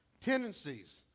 tendencies